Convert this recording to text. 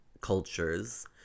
cultures